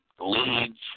leads